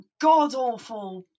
god-awful